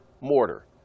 mortar